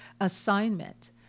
assignment